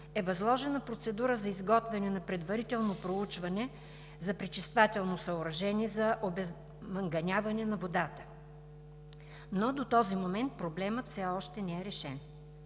е възложена процедура за изготвяне на предварително проучване за пречиствателно съоръжение за обезманганяване на водата, но до този момент проблемът все още не е решен.